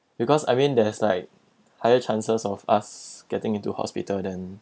because I mean there's like higher chances of us getting into hospital than